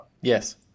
Yes